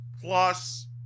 plus